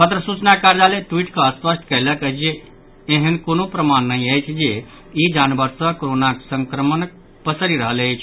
पत्र सूचना कार्यालय ट्वीट कऽ स्पष्ट कयलक अछि जे ऐहन कोनो प्रमाण नहि अछि जे ई जानवर सँ कोरोनाक संक्रमण पसरि रहल अछि